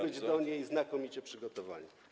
być do niej znakomicie przygotowani.